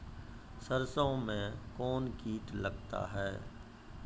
सरसों मे कौन कीट लगता हैं?